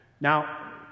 Now